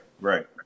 Right